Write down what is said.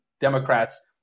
Democrats